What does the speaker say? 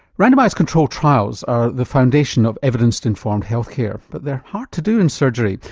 randomised control trials are the foundation of evidence-informed health care. but they're hard to do in surgery.